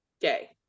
gay